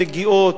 נגיעות,